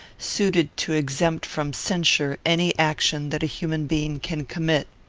suited to exempt from censure any action that a human being can commit.